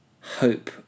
hope